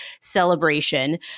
celebration